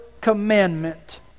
commandment